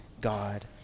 God